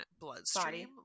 bloodstream